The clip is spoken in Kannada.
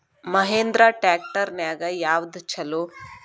ಮಹೇಂದ್ರಾ ಟ್ರ್ಯಾಕ್ಟರ್ ನ್ಯಾಗ ಯಾವ್ದ ಛಲೋ?